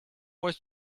was